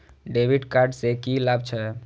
डेविट कार्ड से की लाभ छै?